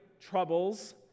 troubles